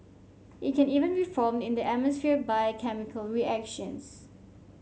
it can even be formed in the atmosphere by chemical reactions